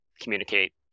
communicate